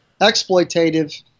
exploitative